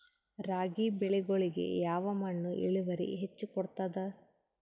ರಾಗಿ ಬೆಳಿಗೊಳಿಗಿ ಯಾವ ಮಣ್ಣು ಇಳುವರಿ ಹೆಚ್ ಕೊಡ್ತದ?